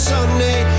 Sunday